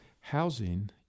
housing